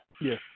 Yes